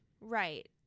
Right